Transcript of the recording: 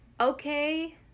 okay